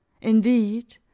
indeed